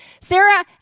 Sarah